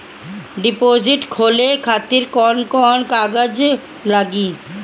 Deposit खोले खातिर कौन कौन कागज लागी?